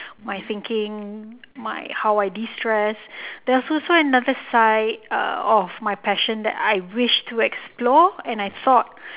my thinking my how I destress there's also another side uh of my passion that I wished to explore and I thought